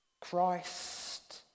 Christ